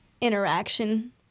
interaction